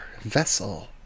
vessel